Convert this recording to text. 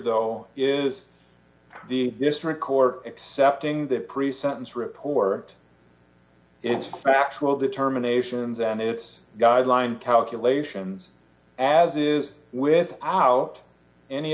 though is the district court accepting the pre sentence report its factual determination and its guideline calculations as it is with out any